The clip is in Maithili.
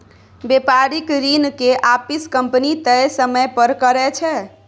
बेपारिक ऋण के आपिस कंपनी तय समय पर करै छै